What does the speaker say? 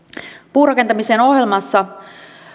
puurakentamisen ohjelmassa